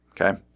okay